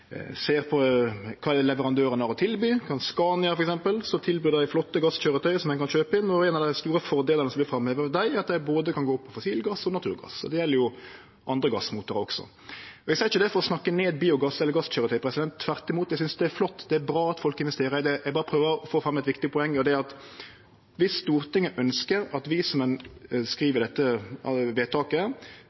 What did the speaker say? kan kjøpe inn. Ein av dei store fordelane som vert framheva med dei, er at dei kan gå på både fossilgass og naturgass. Det gjeld jo andre gassmotorar også. Eg seier ikkje dette for å snakke ned biogass eller gasskøyretøy – tvert imot. Eg synest det er flott, det er bra at folk investerer i det. Eg prøver berre å få fram eit viktig poeng, og det er at dersom Stortinget ønskjer at vi, som ein skriv i dette